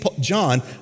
John